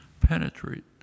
penetrate